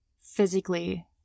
physically